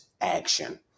action